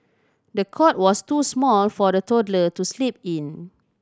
the cot was too small for the toddler to sleep in